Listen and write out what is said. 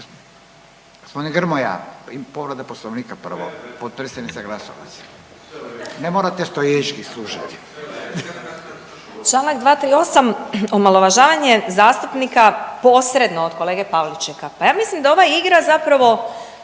G. Grmoja, povreda Poslovnika prvo, potpredsjednica Glasovac. Ne morate stoječki slušati.